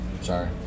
Sorry